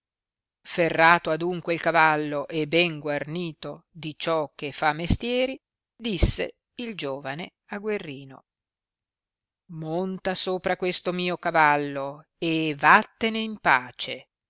ferrato adunque il cavallo e ben guarnito di ciò che fa mestieri disse il giovane a guerrino monta sopra questo mio cavallo e vattene in pace